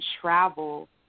travel